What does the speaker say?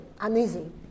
uneasy